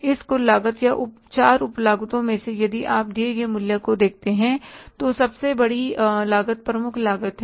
इस कुल लागत या 4 उप लागतो में से यदि आप दिए गए मूल्य को देखते हैं तो सबसे बड़ी लागत प्रमुख लागत है